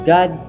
God